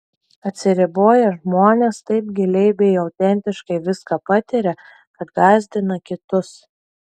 atsiriboję žmonės taip giliai bei autentiškai viską patiria kad gąsdina kitus